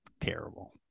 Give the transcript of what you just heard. terrible